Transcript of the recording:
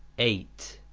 eight.